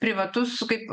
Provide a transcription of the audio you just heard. privatus kaip